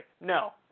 No